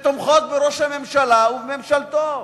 שתומכות בראש הממשלה ובממשלתו.